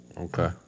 Okay